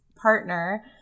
partner